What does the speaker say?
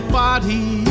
body